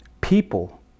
people